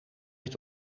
het